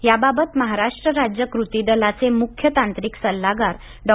याबाबत महाराष्ट्र राज्य कृती दलाचे मुख्य तांत्रिक सल्लागार डॉ